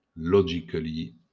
logically